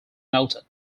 noted